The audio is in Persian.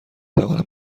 توانم